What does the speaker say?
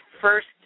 first